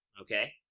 Okay